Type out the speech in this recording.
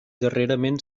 darrerament